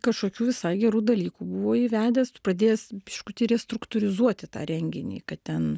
kažkokių visai gerų dalykų buvo įvedęs pradėjęs biškutį restruktūrizuoti tą renginį kad ten